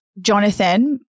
Jonathan